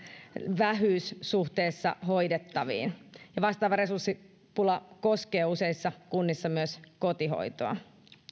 vähyys suhteessa hoidettaviin ja vastaava resurssipula koskee useissa kunnissa myös kotihoitoa